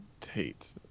Tate